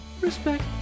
Respect